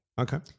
Okay